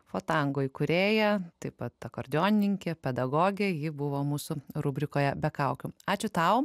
for tango įkūrėja taip pat akordeonininkė pedagogė ji buvo mūsų rubrikoje be kaukių ačiū tau